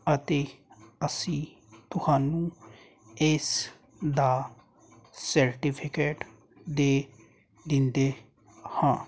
ਅਤੇ ਅਸੀਂ ਤੁਹਾਨੂੰ ਇਸ ਦਾ ਸਰਟੀਫਿਕੇਟ ਦੇ ਦਿੰਦੇ ਹਾਂ